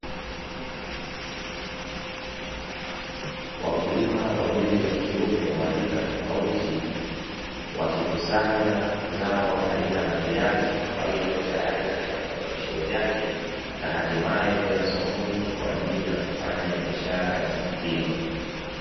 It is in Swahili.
Wakulima wawili wakiume wa rika tofauti, wakikusanya zao aina la viazi, ambalo liko tayari katika vifungashio vyake, na hatimaye kwenda sokoni kwa ajili ya kufanya biashara ya zao hilo.